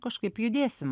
kažkaip judėsim